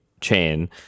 chain